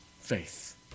faith